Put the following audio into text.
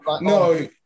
No